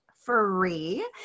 free